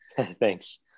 thanks